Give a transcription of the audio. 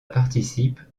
participe